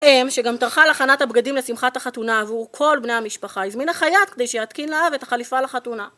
אם שגם תרכה לחנת הבגדים לשמחת החתונה עבור כל בני המשפחה, הזמין החיית כדי שיתקין להו את החליפה לחתונה.